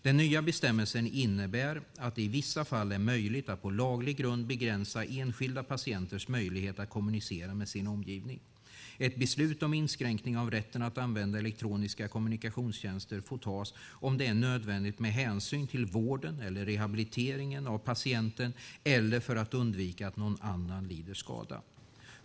Den nya bestämmelsen innebär att det i vissa fall är möjligt att på laglig grund begränsa enskilda patienters möjlighet att kommunicera med sin omgivning. Ett beslut om inskränkning av rätten att använda elektroniska kommunikationstjänster får tas om det är nödvändigt med hänsyn till vården eller rehabiliteringen av patienten eller för att undvika att någon annan lider skada.